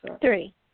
Three